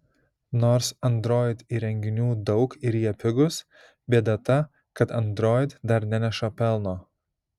nors android įrenginių daug ir jie pigūs bėda ta kad android dar neneša pelno